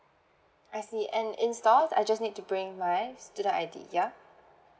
I see and in stores I just need to bring my student I_D ya